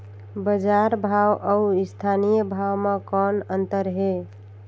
बजार भाव अउ स्थानीय भाव म कौन अन्तर हे?